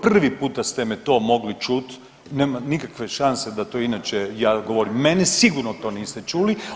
Prvi puta ste me to mogli čut, nema nikakve šanse da to inače ja govorim, mene sigurno to niste čuli.